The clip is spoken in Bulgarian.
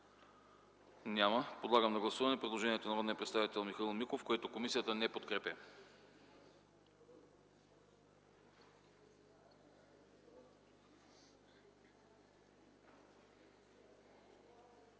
Няма. Подлагам на гласуване предложението на народния представител Михаил Миков, което комисията не подкрепя.